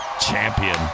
Champion